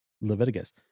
Leviticus